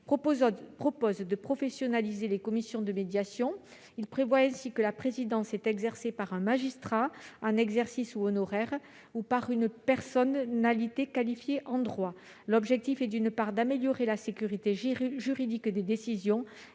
vise à professionnaliser les commissions de médiation. Il prévoit ainsi que la présidence en soit exercée par un magistrat, en exercice ou honoraire, ou par une personnalité qualifiée en droit. L'objectif est, d'une part, d'améliorer la sécurité juridique des décisions,